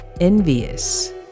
envious